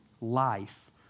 life